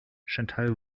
chantal